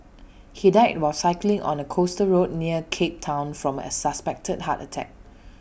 he died while cycling on A coastal road near cape Town from A suspected heart attack